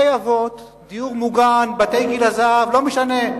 דיור מוגן, בתי "גיל הזהב", לא משנה.